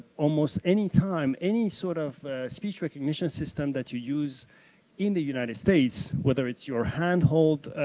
almost any time any sort of speech recognition system that you use in the united states, whether it's your handhold,